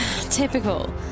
Typical